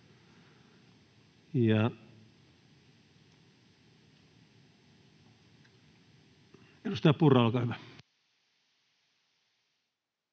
Edustaja Purra, olkaa hyvä.